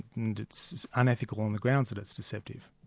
and it's unethical on the grounds that it's deceptive.